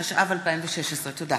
התשע"ו 2016. תודה.